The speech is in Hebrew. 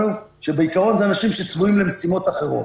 שבעיקרון הם אנשים שצבועים למשימות אחרות.